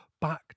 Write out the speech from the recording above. back